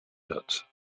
wird